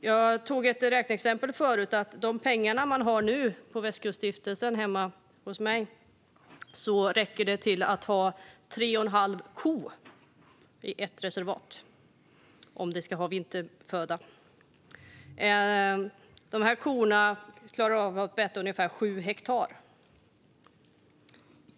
Jag tog tidigare upp ett räkneexempel, nämligen att de pengar som finns nu hos Västkuststiftelsen räcker till tre och en halv ko i ett reservat - om de ska ha vinterföda. Korna klarar av att beta ungefär 7 hektar.